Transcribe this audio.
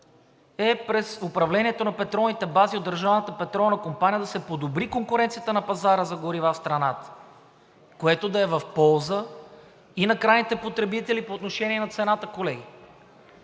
е през управлението на петролните бази от Държавната петролна компания да се подобри конкуренцията на пазара за горива в страната, което да е в полза и на крайните потребители по отношение на цената, колеги